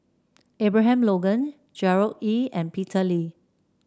Abraham Logan Gerard Ee and Peter Lee